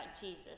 Jesus